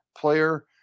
player